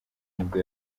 nibwo